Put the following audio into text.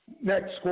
next